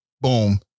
boom